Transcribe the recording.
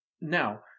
Now